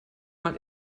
man